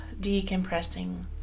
decompressing